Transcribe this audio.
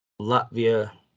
Latvia